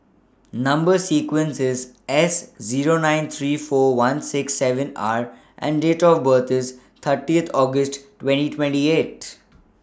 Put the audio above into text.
Number sequence IS S Zero nine three four one six seven R and Date of birth IS thirty August twenty twenty eight